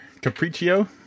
Capriccio